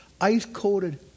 ice-coated